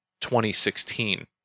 2016